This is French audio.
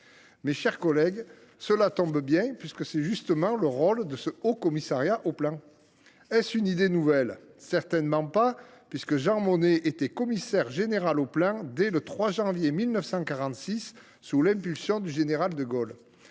préparer l’avenir. Cela tombe bien, c’est justement le rôle du Haut Commissariat au plan. Est ce une idée nouvelle ? Certainement pas, puisque Jean Monnet a été nommé commissaire général du plan dès le 3 janvier 1946, sous l’impulsion du général de Gaulle.